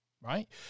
right